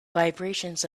vibrations